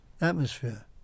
atmosphere